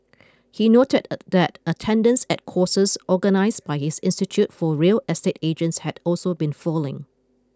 he noted a that attendance at courses organised by his institute for real estate agents had also been falling